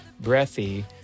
breathy